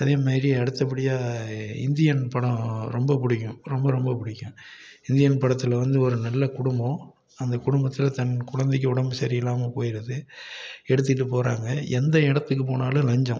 அதே மாதிரி அடுத்தபடியாக இந்தியன் படம் ரொம்ப பிடிக்கும் ரொம்ப ரொம்ப பிடிக்கும் இந்தியன் படத்தில் வந்து ஒரு நல்ல குடும்பம் அந்த குடும்பத்தில் தன் குழந்தைக்கு உடம்பு சரியில்லாமல் போயிடுது எடுத்துகிட்டு போகிறாங்க எந்த இடத்துக்கு போனாலும் லஞ்சம்